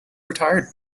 retired